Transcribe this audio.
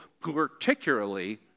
particularly